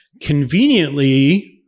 conveniently